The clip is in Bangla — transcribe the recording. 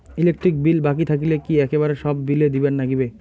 ইলেকট্রিক বিল বাকি থাকিলে কি একেবারে সব বিলে দিবার নাগিবে?